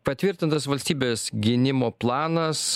patvirtintas valstybės gynimo planas